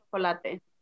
Chocolate